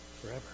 forever